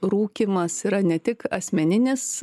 rūkymas yra ne tik asmeninis